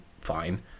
fine